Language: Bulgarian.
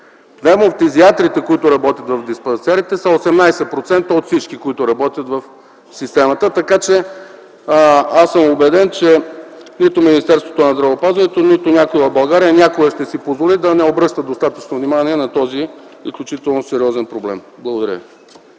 Пневмофтизиатрите, които работят в диспансерите, са 18% от всички, които работят в системата, така че аз съм убеден, че нито Министерството на здравеопазването, нито някой в България някога ще си позволи да не обръща достатъчно внимание на този изключително сериозен проблем. Благодаря